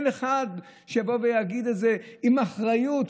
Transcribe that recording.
אין אחד שיבוא ויגיד את זה עם אחריות,